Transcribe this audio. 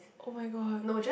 [oh]-my-god